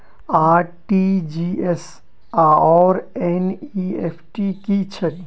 RTGS आओर NEFT की छैक?